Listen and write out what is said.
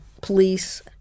police